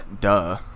duh